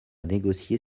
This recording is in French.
négocier